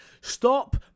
Stop